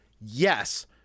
Yes